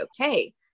okay